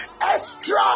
extra